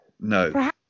No